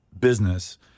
business